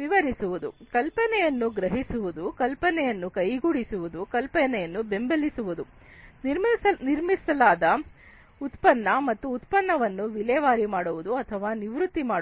ವಿವರಿಸುವುದು ಕಲ್ಪನೆಯನ್ನು ಗ್ರಹಿಸುವುದು ಕಲ್ಪನೆಯನ್ನು ಕೈಗೂಡಿಸುವುದು ವ್ಯವಸ್ಥೆಯನ್ನು ಬೆಂಬಲಿಸುವುದು ನಿರ್ಮಿಸಲಾದ ಉತ್ಪನ್ನ ಮತ್ತು ಉತ್ಪನ್ನವನ್ನು ವಿಲೇವಾರಿ ಮಾಡುವುದು ಅಥವಾ ನಿವೃತ್ತಿ ಮಾಡುವುದು